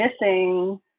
missing